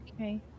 Okay